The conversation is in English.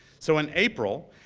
so in april,